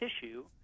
tissue